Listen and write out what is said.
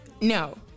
no